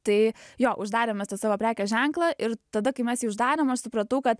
tai jo uždarėm mes tą savo prekės ženklą ir tada kai mes jį uždarėm aš supratau kad